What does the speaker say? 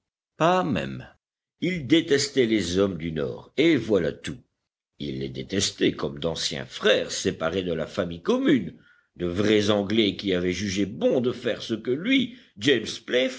pas même il détestait les hommes du nord et voilà tout il les détestait comme d'anciens frères séparés de la famille commune de vrais anglais qui avaient jugé bon de faire ce que lui james